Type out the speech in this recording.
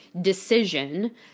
decision